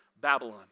Babylon